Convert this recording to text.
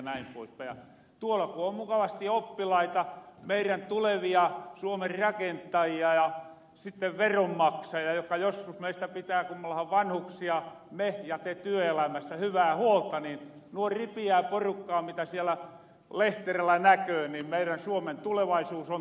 tuolla kun on mukavasti oppilaita meirän tulevia suomen rakentajia ja sitten veronmaksajia jotka joskus meistä pitää kun me ollahan vanhuksia me ja te työelämässä hyvää huolta nuin ripiää porukkaa mitä siellä lehterillä näköö niin meirän suomen tulevaisuus on turvattu